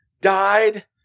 died